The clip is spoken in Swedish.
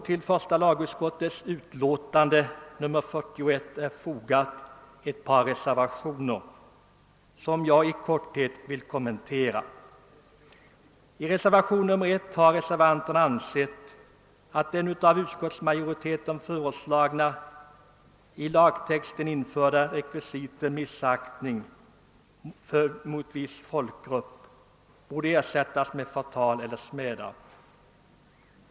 Vid första lagutskottets utlåtande nr 41 är fogade ett par reservationer som jag i korthet vill kommentera. I reservationen 1 har reservanterna ansett, att det av utskottsmajoriteten föreslagna införandet i lagtexten av rekvisitet »uttrycker missaktning för folkgrupp» borde ersättas med orden »förtalar eller smädar».